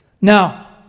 Now